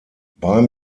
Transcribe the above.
beim